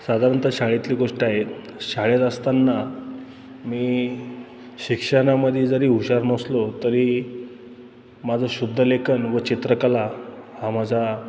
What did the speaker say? साधारणतः शाळेतली गोष्ट आहे शाळेत असताना मी शिक्षणामध्ये जरी हुशार नसलो तरी माझं शुद्ध लेखन व चित्रकला हा माझा